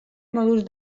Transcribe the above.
moduz